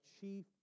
chief